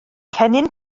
cennin